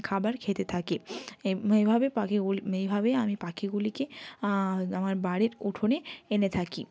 খাবার খেতে থাকে এভাবে পাখিগুলি এইভাবেই আমি পাখিগুলিকে আমার বাড়ির উঠোনে এনে থাকি